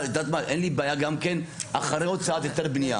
אין לי בעיה גם כן אחרי הוצאת היתר בנייה,